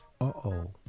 Uh-oh